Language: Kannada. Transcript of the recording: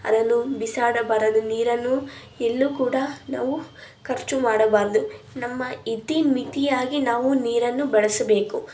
ಅದನ್ನು ಬಿಸಾಡಬಾರದು ನೀರನ್ನು ಎಲ್ಲೂ ಕೂಡ ನಾವು ಖರ್ಚು ಮಾಡಬಾರದು ನಮ್ಮ ಇತಿ ಮಿತಿಯಾಗಿ ನಾವು ನೀರನ್ನು ಬಳಸಬೇಕು